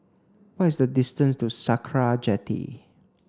what is the distance to Sakra Jetty